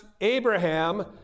Abraham